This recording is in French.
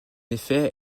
effet